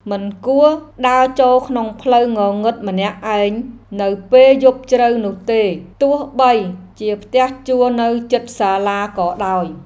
មិនគួរដើរចូលក្នុងផ្លូវងងឹតម្នាក់ឯងនៅពេលយប់ជ្រៅនោះទេ ទោះបីជាផ្ទះជួលនៅជិតសាលាក៏ដោយ។